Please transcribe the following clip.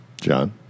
John